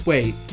Wait